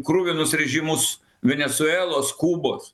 kruvinus režimus venesuelos kubos